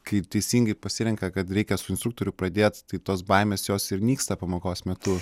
kaip teisingai pasirenka kad reikia su instruktoriu pradėt tai tos baimės jos ir nyksta pamokos metu